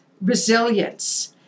resilience